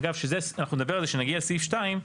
אגב, אנחנו נדבר על זה כאשר נגיע לסעיף 2,